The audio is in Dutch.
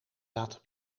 laten